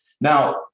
Now